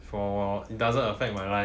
for a while it doesn't affect my life